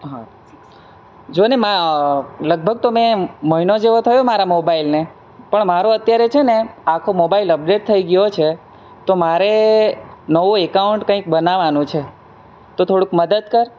હા જોને લગભગ તો મેં મહિનો જેવો થયો મારા મોબાઈલને પણ મારો અત્યારે છે ને આખો મોબાઈલ અપડેટ થઈ ગયો છે તો મારે નવું એકાઉન્ટ કંઈક બનાવવાનું છે તો થોડુંક મદદ કર